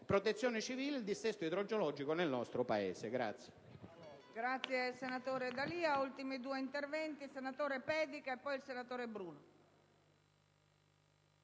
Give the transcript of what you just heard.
protezione civile e dissesto idrogeologico nel nostro Paese.